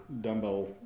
dumbbell